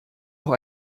noch